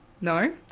No